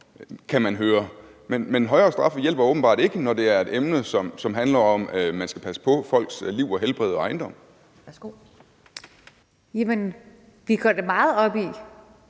men højere straffe hjælper åbenbart ikke, når det er det emne, som handler om, at man skal passe på folks liv og helbred og ejendom. Kl. 16:45 Anden næstformand